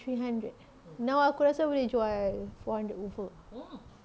three hundred now aku rasa boleh jual four hundred over